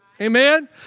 Amen